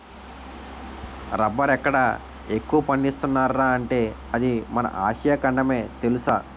రబ్బరెక్కడ ఎక్కువ పండిస్తున్నార్రా అంటే అది మన ఆసియా ఖండమే తెలుసా?